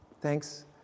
thanks